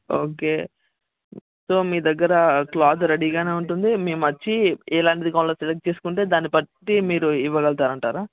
okay so మీ దగ్గర cloth రెడీగానే ఉంటుంది మేమొచ్చి ఇలాంటిది కావాలో సెలెక్ట్ చేసుకుంటే దాన్ని బట్టి మీరు ఇవ్వగలతానంటారా